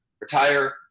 retire